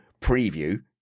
preview